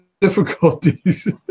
difficulties